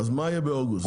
אז מה יהיה באוגוסט?